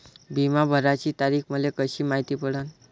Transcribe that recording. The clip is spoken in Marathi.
बिमा भराची तारीख मले कशी मायती पडन?